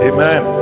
Amen